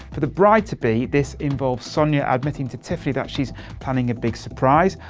for the bride to be, this involves sonia admitting to tiffany that she's planning a big surprise,